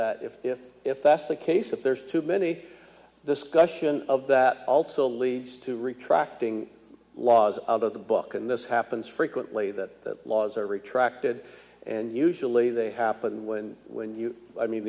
that if if if that's the case if there's too many discussion of that also leads to retracting laws of the book and this happens frequently that laws are retracted and usually they happen when when you i mean